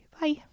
bye